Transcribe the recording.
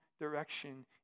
direction